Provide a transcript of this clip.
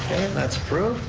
that's approved.